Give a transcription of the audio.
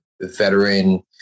veteran